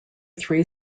three